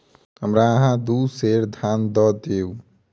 हमरा अहाँ दू सेर धान दअ दिअ